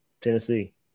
Tennessee